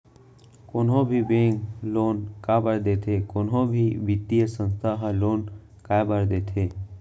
कोनो भी bank loan काबर देथे कोनो भी बित्तीय संस्था ह लोन काय बर देथे?